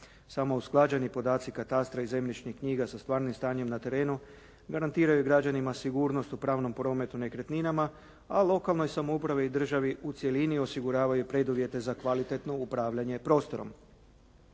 Samo usklađeni podaci katastra i zemljišnih knjiga sa stvarnim stanjem na terenu garantiraju građanima sigurnost u pravnom prometu nekretninama a lokalnoj samoupravi i državi u cjelini osiguravaju preduvjete za kvalitetno upravljanje prostorom.